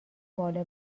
بالا